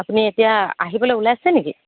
আপুনি এতিয়া আহিবলৈ ওলাইছে নেকি